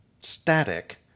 static